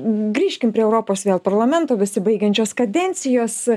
grįžkim prie europos vėl parlamento besibaigiančios kadencijos